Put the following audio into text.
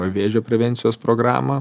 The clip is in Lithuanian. vėžio prevencijos programą